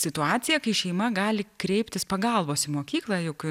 situaciją kai šeima gali kreiptis pagalbos į mokyklą juk